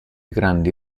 grandi